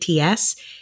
ATS